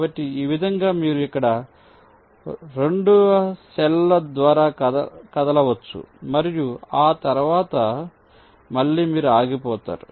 కాబట్టి ఈ విధంగా మీరు ఇక్కడ 2 సెల్ ల ద్వారా కదలవచ్చు మరియు ఆ తర్వాత మళ్ళీ మీరు ఆగిపోతారు